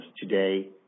today